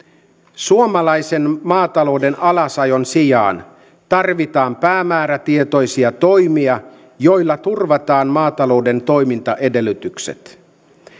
suomalaisen maatalouden alasajon sijaan tarvitaan päämäärätietoisia toimia joilla turvataan maatalouden toimintaedellytykset